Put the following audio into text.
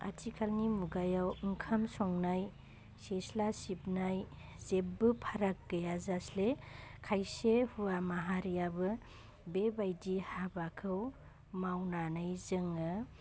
आथिखालनि मुगायाव ओंखाम संनाय सिसला सिबनाय जेब्बो फाराग गैया जासे खायसे हुवा माहारियाबो बे बायदि हाबाखौ मावनानै जोङो